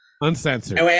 Uncensored